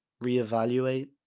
reevaluate